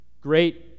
great